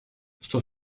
sto